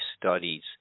studies